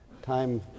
Time